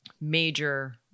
major